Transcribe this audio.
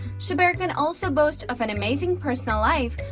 chabert can also boast of an amazing personal life,